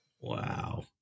wow